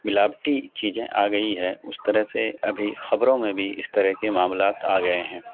ملاوٹی چیزیں آ گئی ہے اس طرح سے ابھی خبروں میں بھی اس طرح کے معاملات آ گئے ہیں